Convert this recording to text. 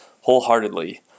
wholeheartedly